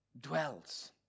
dwells